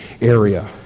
area